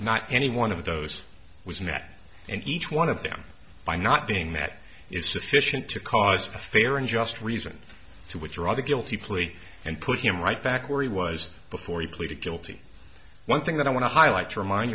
not any one of those was met and each one of them by not being met is sufficient to cause a fair and just reason to withdraw the guilty plea and put him right back where he was before he pleaded guilty one thing that i want to highlight to remind